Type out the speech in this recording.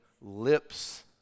lips